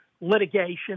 litigation